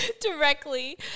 directly